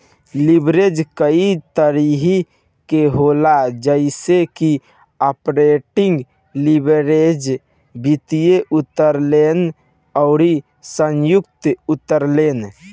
leverage कई तरही के होला जइसे की आपरेटिंग लीवरेज, वित्तीय उत्तोलन अउरी संयुक्त उत्तोलन